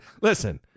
listen